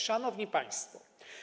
Szanowni Państwo!